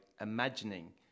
imagining